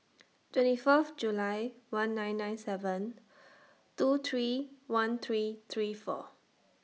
twenty Fourth July one nine nine seven two three one three three four